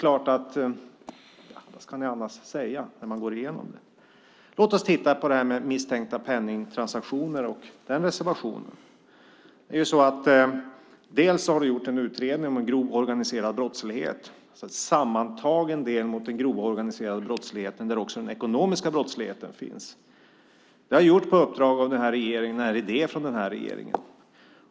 Vad ska ni annars säga när ni går igenom det? Låt oss titta på reservationen om misstänkta penningtransaktioner. Vi har gjort en sammantagen utredning om grov organiserad brottslighet där också den ekonomiska brottsligheten finns med. Den har gjorts på uppdrag av den här regeringen. Det är regeringens idé.